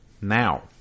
Now